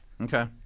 Okay